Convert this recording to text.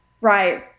Right